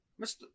mr